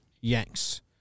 Yanks